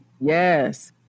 Yes